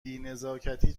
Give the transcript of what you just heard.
بینزاکتی